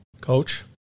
coach